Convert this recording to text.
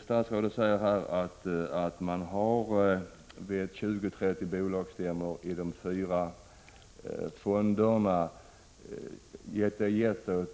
Statsrådet säger att de fyra fonderna har gett